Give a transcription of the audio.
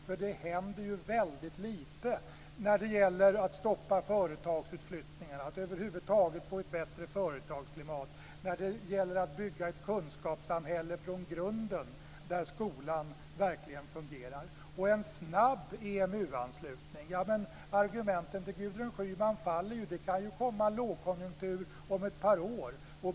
För det händer väldigt lite när det gäller att stoppa företagsutflyttningar och över huvud taget få ett bättre företagsklimat och när det gäller att bygga ett kunskapssamhälle från grunden där skolan verkligen fungerar. Det talades om en snabb EMU-anslutning, men argumenten till Gudrun Schyman faller ju. Det kan komma en lågkonjunktur om ett par år.